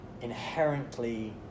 inherently